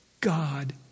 God